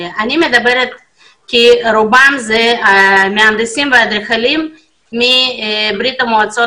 רובם מהנדסים ואדריכלים מברית המועצות